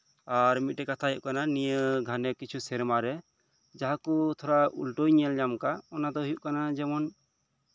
ᱟᱨ ᱢᱤᱫᱴᱟᱝ ᱠᱟᱛᱷᱟ ᱦᱩᱭᱩᱜ ᱠᱟᱱᱟ ᱱᱤᱭᱟᱹ ᱜᱷᱟᱱᱮ ᱠᱤᱪᱷᱩ ᱥᱮᱨᱢᱟᱨᱮ ᱡᱟᱦᱟᱸ ᱠᱚ ᱛᱷᱚᱲᱟ ᱩᱞᱴᱟᱹᱣ ᱤᱧ ᱧᱮᱞ ᱧᱟᱢ ᱠᱟᱜ ᱚᱱᱟ ᱫᱚ ᱦᱩᱭᱩᱜ ᱠᱟᱱᱟ ᱡᱮᱢᱚᱱ